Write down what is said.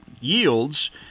yields